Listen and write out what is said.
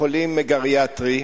בית-חולים גריאטרי,